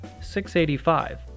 685